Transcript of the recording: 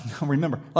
remember